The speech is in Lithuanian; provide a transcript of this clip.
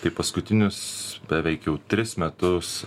tai paskutinius beveik jau tris metus